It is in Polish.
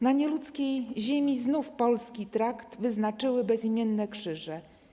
Na nieludzkiej ziemi znów polski trakt Wyznaczyły bezimienne krzyże.